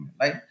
right